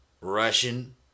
Russian